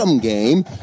game